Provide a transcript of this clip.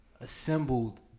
assembled